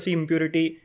impurity